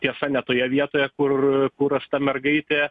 tiesa ne toje vietoje kur kur rasta mergaitė